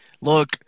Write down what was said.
look